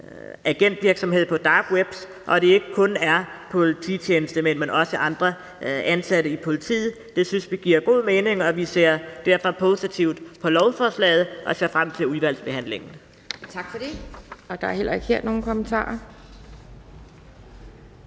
agentvirksomhed på dark web, og at det ikke kun er polititjenestemænd, men også andre ansatte i politiet. Det synes vi giver god mening, og vi ser derfor positivt på lovforslaget og ser frem til udvalgsbehandlingen. Kl. 16:13 Anden næstformand (Pia Kjærsgaard):